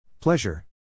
Pleasure